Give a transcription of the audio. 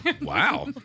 Wow